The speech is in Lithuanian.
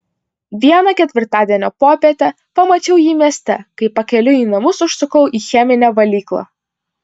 vieną ketvirtadienio popietę pamačiau jį mieste kai pakeliui į namus užsukau į cheminę valyklą